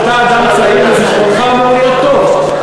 אתה אדם צעיר וזיכרונך אמור להיות טוב.